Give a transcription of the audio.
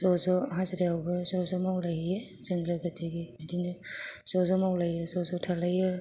ज'ज' हाजिरायावबो ज'ज' मावलायहैयो जों लोगो दिगि बिदिनो ज'ज' मावलायहैयो ज'ज' थालायो